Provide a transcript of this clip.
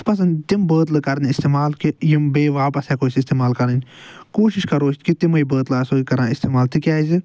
اَسہِ پٔزن تِم بٲتلہِ کَرنہِ اِستعمال کہِ یِم بییٚہِ واپس ہٮ۪کو أسۍ اِستعمال کَرٕنۍ کوٗشِش کَرو أسۍ کہِ تِمٕے بٲتلہِ آسو أسۍ کَران اِستعمال تِکیٛازِ